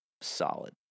solid